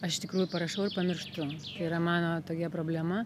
aš iš tikrųjų parašau ir pamirštu tai yra mano tokia problema